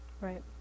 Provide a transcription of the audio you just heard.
Right